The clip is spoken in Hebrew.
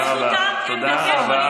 לניאדו ומעייני הישועה.